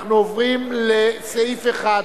אנחנו עוברים לסעיף 1,